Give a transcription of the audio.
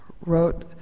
wrote